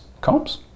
Combs